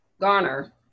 Garner